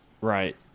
Right